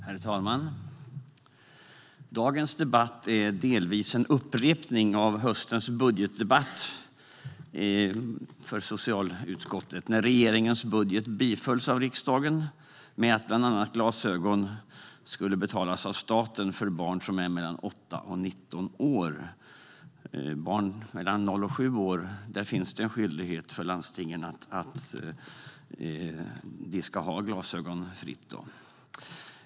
Herr talman! Denna debatt är för socialutskottet delvis en upprepning av höstens budgetdebatt, när regeringens budget bifölls av riksdagen. Det innebar bland annat att glasögon för barn mellan 8 och 19 år skulle betalas av staten. När det gäller barn mellan 0 och 7 år finns det en skyldighet för landstingen att tillhandahålla glasögon fritt.